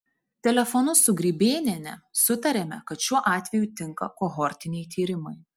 telefonu su grybėniene sutarėme kad šiuo atveju tinka kohortiniai tyrimai